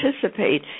participate